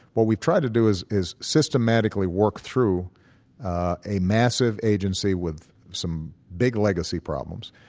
what we've tried to do is is systematically work through a massive agency with some big legacy problems,